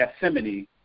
Gethsemane